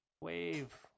Wave